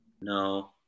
No